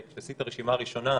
כשעשינו את הרשימה הראשונה,